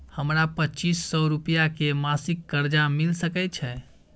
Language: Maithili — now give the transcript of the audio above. हमरा पच्चीस सौ रुपिया के मासिक कर्जा मिल सकै छै?